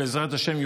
בעזרת השם,